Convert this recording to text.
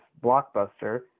blockbuster